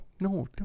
No